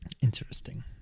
Interesting